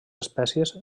espècies